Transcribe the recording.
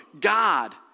God